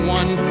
one